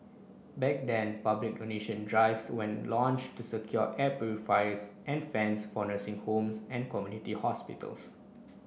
back then public donation drives when launched to secure air purifiers and fans for nursing homes and community hospitals